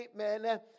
amen